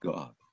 God